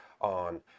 on